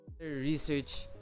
Research